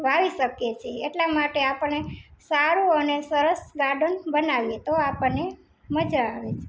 વાવી શકીએ છીએ એટલાં માટે આપણે સારું અને સરસ ગાર્ડન બનાવીએ તો આપણને મજા આવે છે